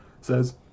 says